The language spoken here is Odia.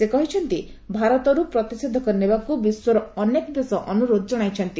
ସେ କହିଛନ୍ତି ଭାରତରୁ ପ୍ରତିଷେଧକ ନେବାକୁ ବିଶ୍ୱର ଅନେକ ଦେଶ ଅନୁରୋଧ ଜଣାଇଛନ୍ତି